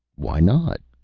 why not?